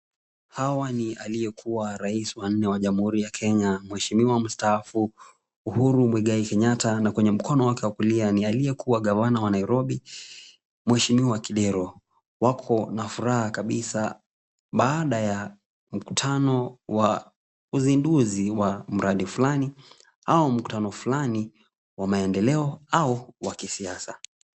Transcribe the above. Hawa ni aliyekuwa Rais wa nne wa Jamhuri ya Kenya, Mheshimiwa Mstaafu Uhuru Muigai Kenyatta, na kwenye mkono wake wa kulia ni aliyekuwa Gavana wa Nairobi, Mheshimiwa Kidero. Wako na furaha kabisa baada ya mkutano wa uzinduzi wa mradi fulani, au mkutano fulani wa maendeleo, au wa kisiasa.